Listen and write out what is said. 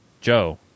Joe